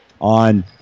on